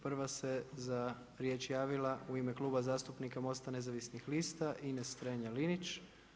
Prva se za riječ javila u ime Kluba zastupnika MOST-a nezavisnih lista Ines Strenja-Linić.